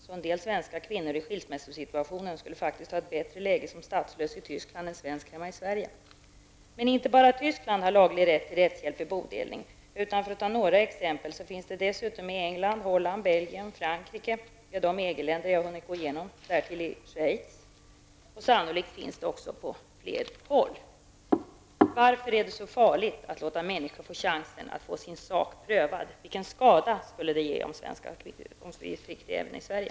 Så en del svenska kvinnor i skilsmässosituationer skulle faktiskt ha ett bättre läge som statslösa i Tyskland än som svenskar hemma i Sverige. Men det är inte bara i Tyskland som man har laglig rätt till rättshjälp vid bodelning. För att ta några exempel finns den rätten dessutom i England, Holland, Belgien, Frankrike, i de EG-länder som jag har hunnit undersöka, och i Schweiz. Sannolikt finns den också på flera håll. Varför är det så farligt att låta människor få chansen att få sin sak prövad? Vilken skada skulle det innebära om vi fick den chansen även i Sverige?